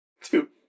Two